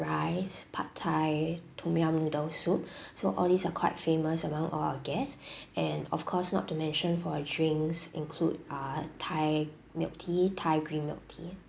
rice pad thai tom yum noodle soup so all these are quite famous among all our guests and of course not to mention for drinks include are thai milk tea thai green milk tea